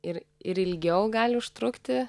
ir ir ilgiau gali užtrukti